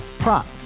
Prop